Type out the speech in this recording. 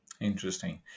Interesting